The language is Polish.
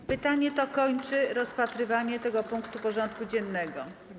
To pytanie kończy rozpatrywanie tego punktu porządku dziennego.